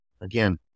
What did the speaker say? Again